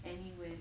anyway